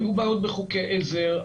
היו בעיות עם חוקי עזר,